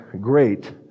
great